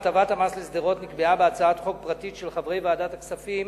הטבת המס לשדרות נקבעה בהצעת חוק פרטית של חברי ועדת הכספים